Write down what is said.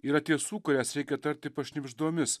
yra tiesų kurias reikia tarti pašnibždomis